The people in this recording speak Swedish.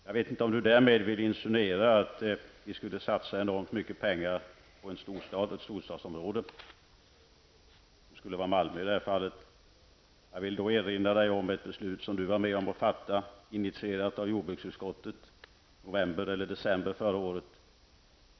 Jag vet inte om Elving Andersson därmed vill insinuera att vi skulle satsa enormt mycket pengar på ett storstadsområde, i det här fallet Malmö. Jag vill erinra Elving Andersson om ett beslut han var med att fatta i november eller december förra året som initierats av jordbruksutskottet.